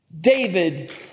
David